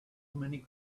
many